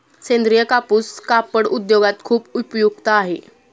सेंद्रीय कापूस कापड उद्योगात खूप उपयुक्त आहे